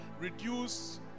reduce